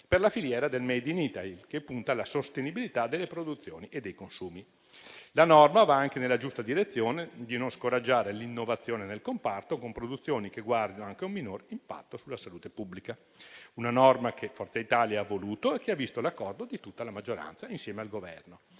per la filiera del *made in Italy*, che punta alla sostenibilità delle produzioni e dei consumi. La norma va anche nella giusta direzione di non scoraggiare l'innovazione nel comparto, con produzioni che guardino anche a un minor impatto sulla salute pubblica. È una norma che il nostro Gruppo ha voluto e che ha visto l'accordo di tutta la maggioranza, insieme al Governo,